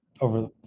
over